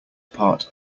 part